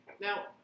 Now